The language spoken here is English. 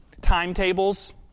timetables